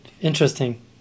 interesting